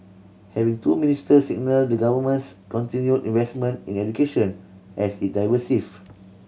having two ministers signal the Government's continued investment in education as it diversifies